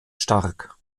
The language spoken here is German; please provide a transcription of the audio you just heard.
stark